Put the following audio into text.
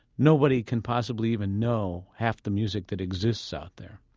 nobody can possibly even know half the music that exists out there.